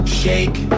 shake